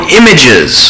images